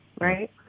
right